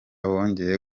bongeye